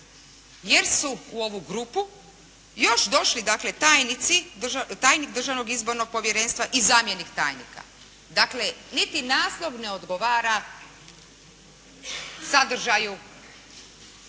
jer su u ovu grupu još došli dakle tajnik Državnog izbornog povjerenstva i zamjenik tajnika, dakle, niti naslov ne odgovara sadržaju tog